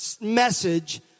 message